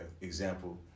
example